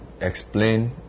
explain